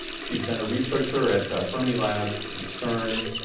she's been a researcher at fermilab, and cern,